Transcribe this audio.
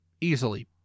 easily